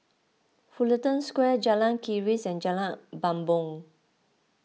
Fullerton Square Jalan Keris and Jalan Bumbong